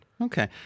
Okay